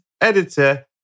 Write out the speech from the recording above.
editor